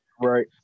Right